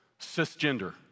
cisgender